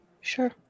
Sure